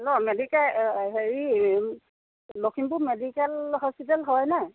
ল মেডিকে হেৰি লখিমপুৰ মেডিকেল হস্পিতেল হয়নে